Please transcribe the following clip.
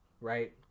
right